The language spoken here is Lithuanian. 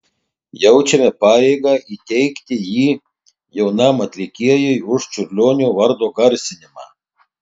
jaučiame pareigą įteikti jį jaunam atlikėjui už čiurlionio vardo garsinimą